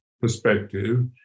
perspective